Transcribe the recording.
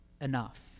enough